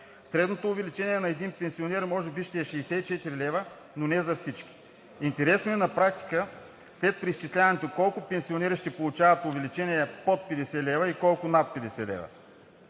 Средното увеличение на един пенсионер може би ще е 64 лв., но не за всички. Интересно е на практика след преизчисляването колко пенсионери ще получават увеличение под 50 лв. и колко над 50 лв.;